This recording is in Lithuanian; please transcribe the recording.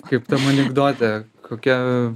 kaip tam anekdote kokia